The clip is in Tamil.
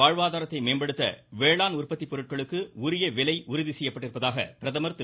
வாழ்வாதாரத்தை வேளாண் உற்பத்தி பொருட்களுக்கு உரிய விலை செய்யப்பட்டிருப்பதாக பிரதமர் திரு